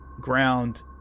ground